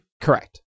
Correct